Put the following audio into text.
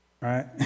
right